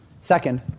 Second